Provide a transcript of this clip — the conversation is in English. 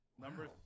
Number